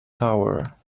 tower